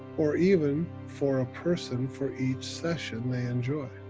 or even for a person for each session they enjoy.